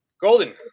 golden